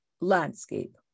landscape